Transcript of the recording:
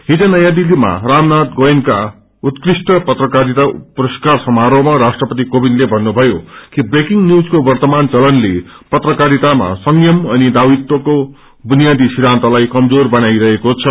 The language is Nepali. हिज नयाँ दिल्लीमा रामनाथ गोयन्यका उत्कृष्ट पत्रकारिता पुरस्कार समारोहमा राष्ट्रपति कोविन्दले भन्नुभयो कि ब्रेकिङ न्यूजको वर्त्तमान चलनले पत्रकारितामा संचम अनि दायित्वको बुनियादी सिखान्तलाई कमजोर बनाइरहेको छ